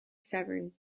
severn